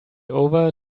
over